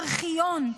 ארכיון,